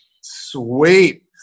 Sweet